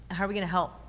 how are we gonna help?